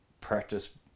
practice